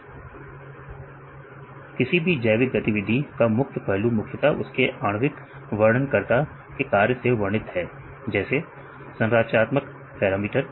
विद्यार्थी जैविक गतिविधि किसी भी जैविक गतिविधि का मुख्य पहलू मुख्यतः उसके आणविक वर्णनकरता के कार्य से वर्णित है जैसे संरचनात्मक पैरामीटर